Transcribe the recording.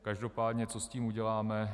Každopádně co s tím uděláme.